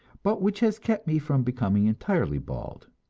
but which has kept me from becoming entirely bald